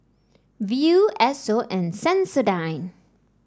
Viu Esso and Sensodyne